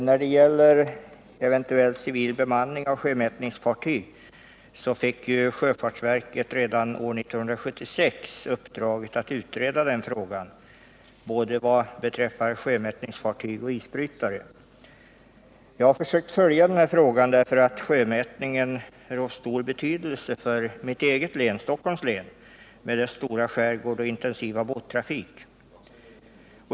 Herr talman! Sjöfartsverket fick redan år 1976 uppdraget att utreda frågan om eventuell civil bemanning av sjömätningsfartyg och isbrytare. Jag har försökt följa den här frågan, då sjömätning är av stor betydelse för mitt eget län — Stockholms län — med dess stora skärgård och intensiva båttrafik.